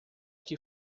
que